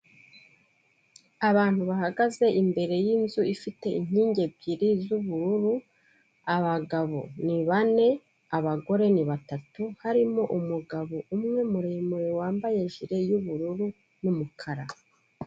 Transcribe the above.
Abantu bahagaze imbere y'inzu ifite inkingi ebyiri z'ubururu, abagabo ni bane, abagore ni batatu harimo umugabo umwe muremure wambaye ijire y'ubururu n'umukara.